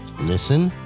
listen